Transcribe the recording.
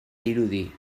dirudi